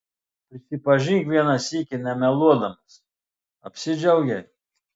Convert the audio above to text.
prisipažink vieną sykį nemeluodamas apsidžiaugei